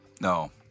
No